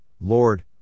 Lord